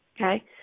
Okay